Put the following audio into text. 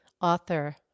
author